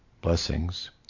blessings